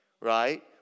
right